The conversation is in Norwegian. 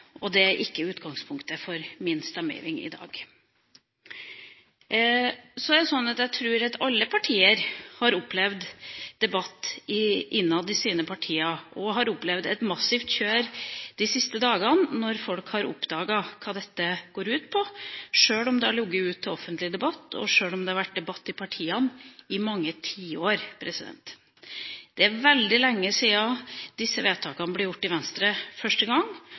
Det er ikke utgangspunktet for min stemmegiving i dag. Jeg tror at alle partier har opplevd debatt innad i sine partier, og at de har opplevd et massivt kjør de siste dagene når folk har oppdaget hva dette går ut på – sjøl om det har ligget ute til offentlig debatt, og sjøl om det har vært debatt i partiene i mange tiår. Det er veldig lenge siden disse vedtakene ble gjort i Venstre første gang,